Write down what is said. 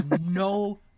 no